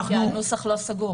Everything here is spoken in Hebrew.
כי הנוסח לא סגור.